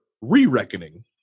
Re-Reckoning